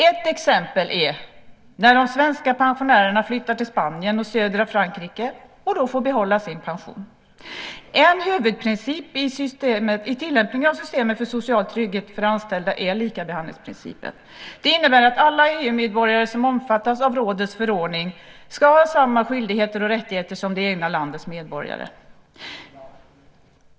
Ett exempel är när svenska pensionärer flyttar till Spanien eller södra Frankrike och då får behålla sin pension. En huvudprincip i tillämpningen av systemet för social trygghet för anställda är likabehandlingsprincipen. Den innebär att alla EU-medborgare som omfattas av rådets förordning ska ha samma skyldigheter och rättigheter som det egna landets medborgare.